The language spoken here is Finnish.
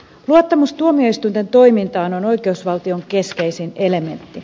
luottamus tuomioistuinten toimintaan on oikeusvaltion keskeisin elementti